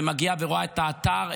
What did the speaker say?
ומגיעה ורואה את האתר,